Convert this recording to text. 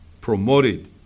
promoted